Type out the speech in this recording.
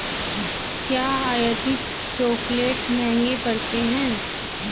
क्या आयातित चॉकलेट महंगे पड़ते हैं?